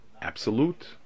absolute